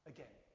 Again